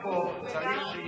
נסים,